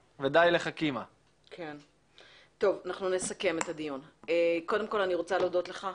וכן לתת את האפשרות למוסד ולמועצה בסופו של דבר,